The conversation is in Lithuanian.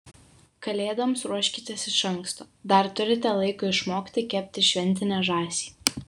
kalėdoms ruoškitės iš anksto dar turite laiko išmokti kepti šventinę žąsį